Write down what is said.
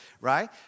right